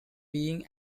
being